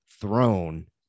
throne